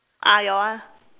ah your one